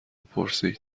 پرسید